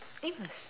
Amos